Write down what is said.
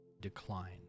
decline